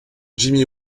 jimmy